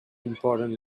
important